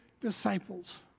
disciples